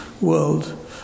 world